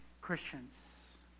Christians